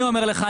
אני אומר לך,